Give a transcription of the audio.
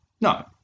No